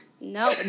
No